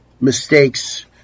mistakes